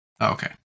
Okay